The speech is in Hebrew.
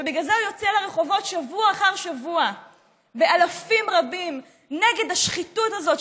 ובגלל זה הוא יוצא לרחובות שבוע אחר שבוע באלפים רבים נגד השחיתות הזאת,